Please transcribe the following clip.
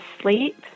sleep